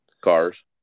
Cars